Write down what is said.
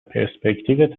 پرسپکتیو